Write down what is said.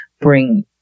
bring